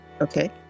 Okay